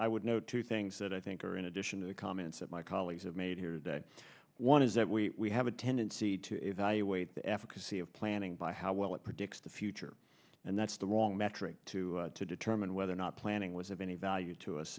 i would note two things that i think are in addition to the comments of my colleagues have made here today one is that we have a tendency to evaluate the efficacy of planning by how well it predicts the future and that's the wrong metric to to determine whether or not planning was of any value to us